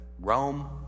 Rome